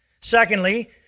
Secondly